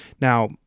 Now